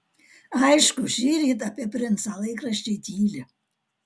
aišku šįryt apie princą laikraščiai tyli